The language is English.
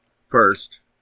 First